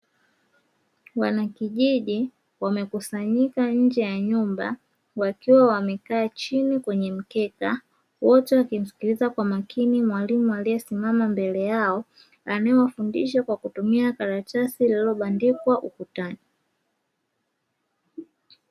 Wanakijiji wamekusanyika nje ya nyumba wakiwa wamekaa chini kwenye mkeka. Wote wakimsikiliza kwa makini mwalimu aliyesimama mbele yao anawafundisha kwa kutumia karatasi iliyobandikwa ukutani.